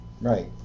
Right